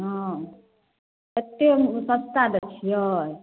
हँ एते मछली सस्ता दै छियै